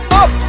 up